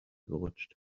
gerutscht